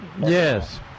Yes